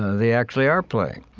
they actually are playing